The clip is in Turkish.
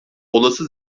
olası